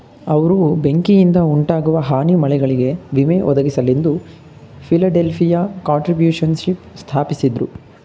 ಅವ್ರು ಬೆಂಕಿಯಿಂದಉಂಟಾಗುವ ಹಾನಿ ಮನೆಗಳಿಗೆ ವಿಮೆ ಒದಗಿಸಲೆಂದು ಫಿಲಡೆಲ್ಫಿಯ ಕಾಂಟ್ರಿಬ್ಯೂಶನ್ಶಿಪ್ ಸ್ಥಾಪಿಸಿದ್ರು